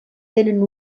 tenen